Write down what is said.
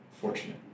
fortunate